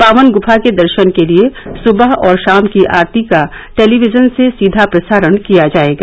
पावन गुफा के दर्शन के लिए सुबह और शाम की आरती का टेलीविजन से सीधा प्रसारण किया जाएगा